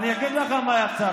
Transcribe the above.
אני אגיד לך מה יצרת,